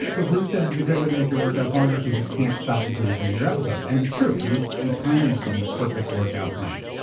but bruce says, it's a great way to make your workouts longer because you can't stop until you finish your episode. and it's true. we we time these to be perfect workout length,